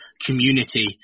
community